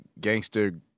Gangster